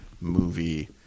movie